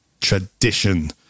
Tradition